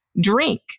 drink